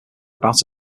about